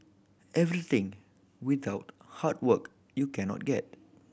everything without hard work you cannot get